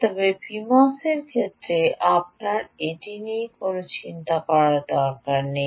তবে pmos ক্ষেত্রে আপনার এটি নিয়ে কোনও চিন্তা করার দরকার নেই